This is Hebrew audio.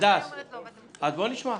בואו נשמע.